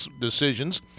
decisions